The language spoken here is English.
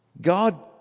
God